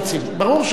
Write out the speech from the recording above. ברור שלא.